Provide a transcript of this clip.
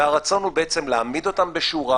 והרצון הוא בעצם להעמיד אותם בשורה,